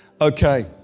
Okay